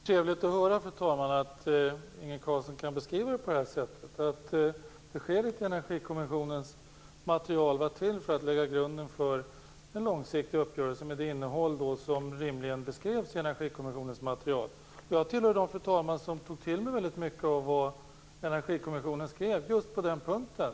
Fru talman! Det är trevligt att höra att Inge Carlsson kan beskriva det så. Beskedet i Energikommissionens material var till för att lägga grunden för en långsiktig uppgörelse, med det innehåll som beskrevs. Fru talman! Jag tillhör dem som tog till mig mycket av det Energikommissionen skrev just på den punkten.